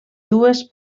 dues